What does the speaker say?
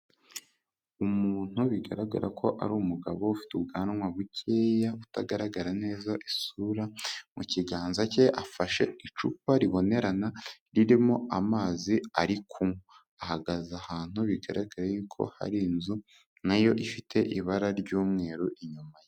Umuntu bigaragara ko ari umugabo ufite ubwanwa bukeya, utagaragara neza isura, mu kiganza cye afashe icupa ribonerana ririmo amazi ari kunywa, ahagaze ahantu bigaragara yuko hari inzu nayo ifite ibara ry'umweru inyuma ye.